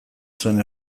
zuen